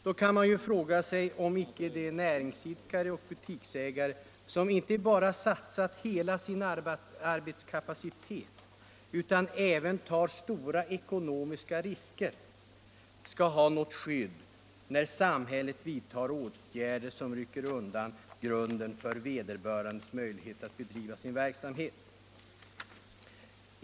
Då kan man ju fråga sig, om icke de näringsidkare och butiksägare som inte bara satsat hela sin arbetskapacitet utan även tar stora ekonomiska risker skall ha något skydd, när samhället vidtar åtgärder som rycker undan grunden för vederbörandes möjligheter att bedriva sin verksamhet.